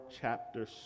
chapter